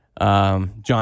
John